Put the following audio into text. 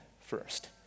first